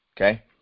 okay